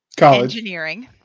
engineering